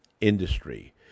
industry